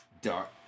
Dark